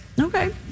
Okay